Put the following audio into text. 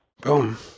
Boom